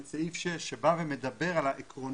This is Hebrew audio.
את סעיף 6 שבא ומדבר על העקרונות.